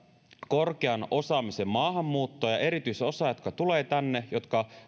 korkean osaamisen maahanmuuttoa ja erityisosaajia jotka tulevat tänne jotka